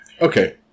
Okay